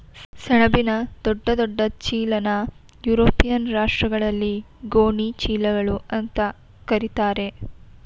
ಸೆಣಬಿನ ದೊಡ್ಡ ದೊಡ್ಡ ಚೀಲನಾ ಯುರೋಪಿಯನ್ ರಾಷ್ಟ್ರಗಳಲ್ಲಿ ಗೋಣಿ ಚೀಲಗಳು ಅಂತಾ ಕರೀತಾರೆ